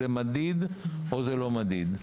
זה מדיד או שזה לא מדיד?